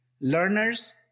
Learners